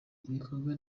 ibikorwa